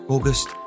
August